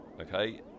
Okay